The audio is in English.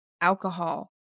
alcohol